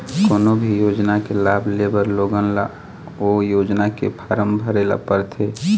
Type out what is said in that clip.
कोनो भी योजना के लाभ लेबर लोगन ल ओ योजना के फारम भरे ल परथे